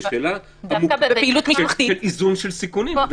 זו שאלה של איזון של סיכונים.